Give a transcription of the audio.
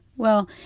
well,